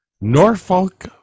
Norfolk